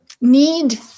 Need